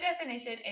definition